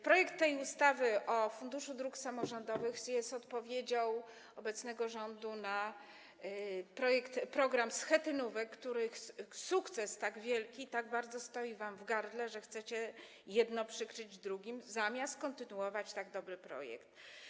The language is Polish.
Projekt ustawy o Funduszu Dróg Samorządowych jest odpowiedzią obecnego rządu na program dotyczący schetynówek, których tak wielki sukces tak bardzo stoi wam w gardle, że chcecie jedno przykryć drugim, zamiast kontynuować tak dobry projekt.